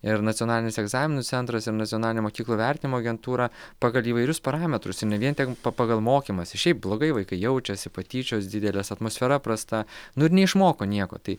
ir nacionalinis egzaminų centras ir nacionalinė mokyklų vertinimo agentūra pagal įvairius parametrus ir ne vien tik pa pagal mokymąsi šiaip blogai vaikai jaučiasi patyčios didelės atmosfera prasta nu ir neišmoko nieko tai